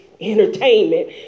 entertainment